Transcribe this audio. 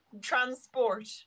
transport